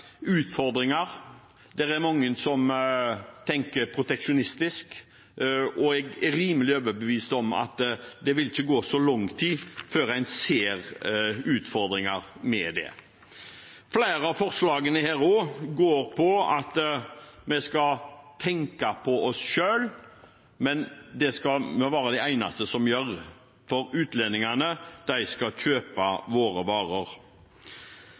utfordringer. Det er mange som tenker proteksjonistisk, og jeg er rimelig overbevist om at det ikke vil gå så lang tid før en ser utfordringer med det. Flere av forslagene går på at vi skal tenke på oss selv, men det skal vi være de eneste som gjør, for utlendingene skal kjøpe våre varer.